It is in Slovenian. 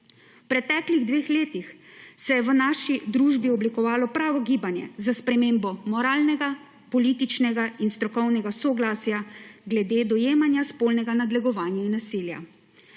preteklih dveh letih se je v naši družbi oblikovalo pravo gibanje za spremembo moralnega, političnega in strokovnega soglasja glede dojemanja spolnega nadlegovanja in nasilja.